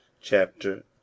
chapter